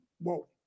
whoa